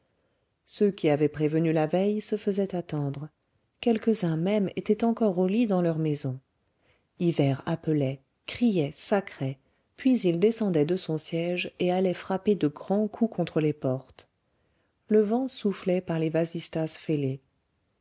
ceux qui avaient prévenu la veille se faisaient attendre quelques-uns même étaient encore au lit dans leur maison hivert appelait criait sacrait puis il descendait de son siège et allait frapper de grands coups contre les portes le vent soufflait par les vasistas fêlés